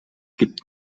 gibt